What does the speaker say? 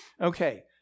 Okay